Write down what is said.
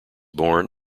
born